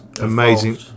amazing